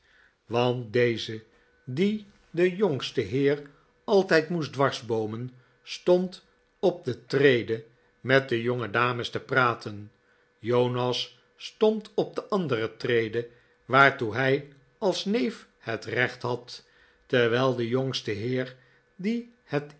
want deze die den jpngsten heer altijd moest dwarsboomen stond op de trede met de jongedames te praten jonas stond op de andere trede waartoe hij als neef het recht had terwijl de jongste heer die het